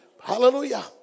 Hallelujah